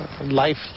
life